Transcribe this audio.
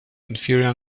inferior